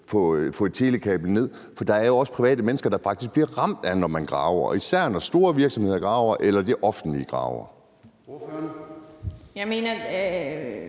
får et telekabel gravet ned? Der er faktisk privatpersoner, der bliver ramt af det, når man graver, især når store virksomheder graver eller det offentlige graver.